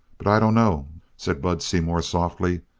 but i dunno, said bud seymour softly.